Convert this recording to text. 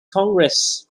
congress